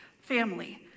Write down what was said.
family